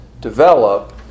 develop